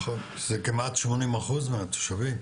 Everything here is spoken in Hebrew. נכון, זה כמעט 80% מהתושבים.